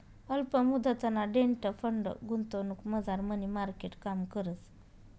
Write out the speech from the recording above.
अल्प मुदतना debt fund गुंतवणुकमझार मनी मार्केट काम करस